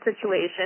situation